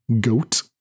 GOAT